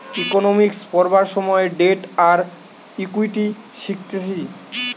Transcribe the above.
economics পড়বার সময় debt আর ইকুইটি শিখতিছে